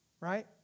right